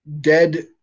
dead